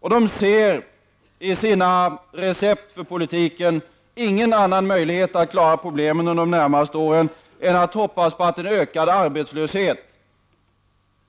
De ser i sina recept för politiken ingen annan möjlighet att klara problemen under de närmaste åren än att hoppas på att en ökad arbetslöshet